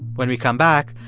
when we come back,